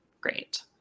great